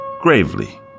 gravely